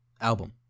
album